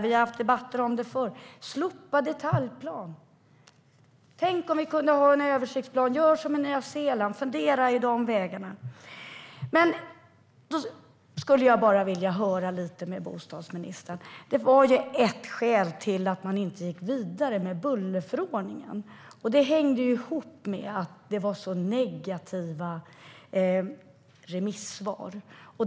Vi har haft debatter om det förr: Slopa detaljplaner! Jag skulle vilja höra lite med bostadsministern: Det fanns ett skäl till att man inte gick vidare med bullerförordningen. Det hängde ihop med att det var så negativa remissvar.